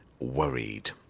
worried